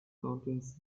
contains